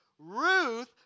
Ruth